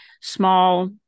small